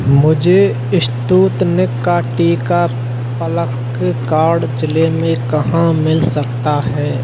मुझे इस्तुतनिक का टीका पल्लकड़ ज़िले में कहाँ मिल सकता है